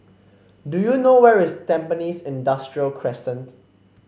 do you know where is Tampines Industrial Crescent